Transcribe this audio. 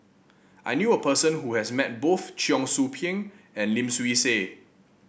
I knew a person who has met both Cheong Soo Pieng and Lim Swee Say